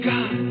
God